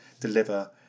deliver